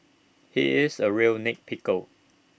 he is A real nit pickle